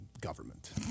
government